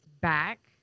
back